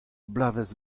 bloavezh